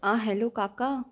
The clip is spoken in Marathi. आ हॅलो काका